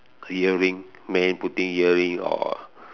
earring men putting earring or